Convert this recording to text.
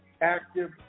active